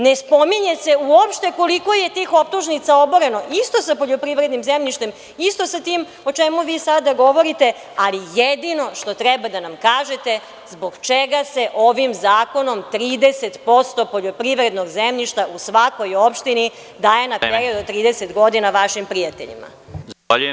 Ne spominje se uopšte koliko je tih optužnica oboreno isto sa poljoprivrednim zemljištem, isto sa tim o čemu vi sada govorite, ali jedino što treba da nam kažete – zbog čega se ovim zakonom 30% poljoprivrednog zemljišta u svakoj opštini daje na period od 30 godina vašim prijateljima?